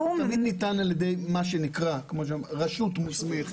שניתן על ידי מה שנקרא רשות מוסמכת.